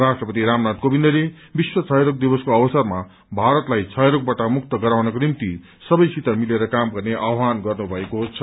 राष्ट्रपति रामनाथ कोविन्दले विश्व क्षयराग दिवसको अवसरमा भारतलाई क्षयरोगबाट मुक्त गराउनको निम्ति सबैसित मिलेर काम गर्ने आहवान गर्नु भएको छ